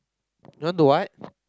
you want do what